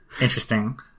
Interesting